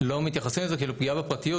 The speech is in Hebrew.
לא אם צריך טביעת אצבע,